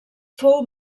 fou